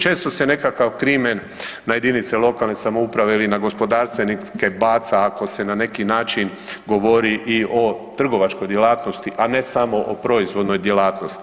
Često se nekakav krimen na jedinice lokalne samouprave ili na gospodarstvenike baca ako se na neki način govori i o trgovačkoj djelatnosti, a ne samo o proizvodnoj djelatnosti.